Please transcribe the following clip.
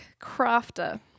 crafter